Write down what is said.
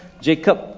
Jacob